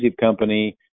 company